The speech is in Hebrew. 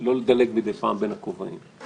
לא לדלג מידי פעם בין הכובעים.